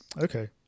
Okay